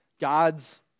God's